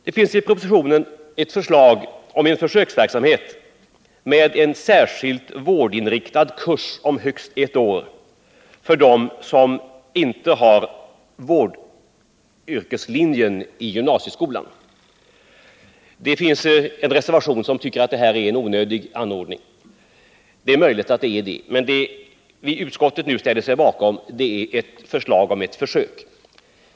Det finns i propositionen ett förslag om en försöksverksamhet med en särskilt vårdinriktad kurs om högst ett år för dem som inte har genomgått vårdyrkeslinjen i gymnasieskolan. I en reservation framförs åsikten att detta är en onödig anordning. Det är möjligt att den är det, men vad utskottet nu ställer sig bakom är ett förslag om ett försök.